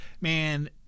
Man